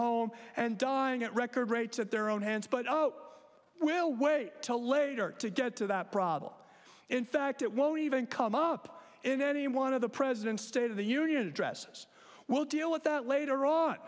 home and dying at record rates at their own hands but oh so we'll wait to later to get to that problem in fact it won't even come up in any one of the president's state of the union addresses we'll deal with that later on